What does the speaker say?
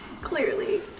clearly